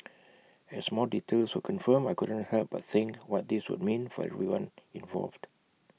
as more details were confirmed I couldn't help but think what this would mean for everyone involved